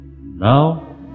now